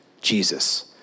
Jesus